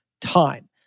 Time